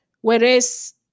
whereas